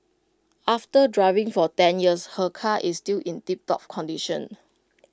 after driving for ten years her car is still in tiptop condition